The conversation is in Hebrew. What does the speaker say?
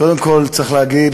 קודם כול צריך להגיד,